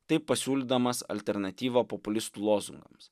taip pasiūlydamas alternatyvą populistų lozungams